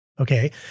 Okay